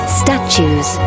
statues